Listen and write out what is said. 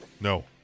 No